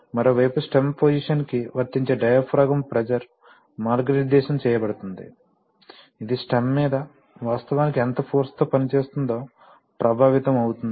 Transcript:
మరోవైపు stem position కి వర్తించే డయాఫ్రాగమ్ ప్రెషర్ మార్గనిర్దేశం చేయబడుతుంది ఇది స్టెమ్ మీద వాస్తవానికి ఎంత ఫోర్స్ తో పనిచేస్తుందో ప్రభావితం అవుతుంది